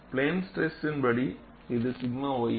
plane ஸ்டிரஸின் படி இது 𝛔 ys